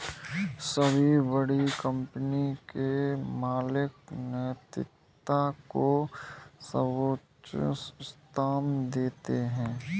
सभी बड़ी कंपनी के मालिक नैतिकता को सर्वोच्च स्थान देते हैं